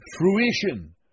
fruition